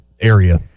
area